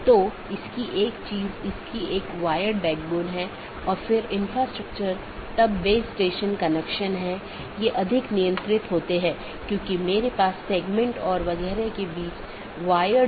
और अगर आप फिर से याद करें कि हमने ऑटॉनमस सिस्टम फिर से अलग अलग क्षेत्र में विभाजित है तो उन क्षेत्रों में से एक क्षेत्र या क्षेत्र 0 बैकबोन क्षेत्र है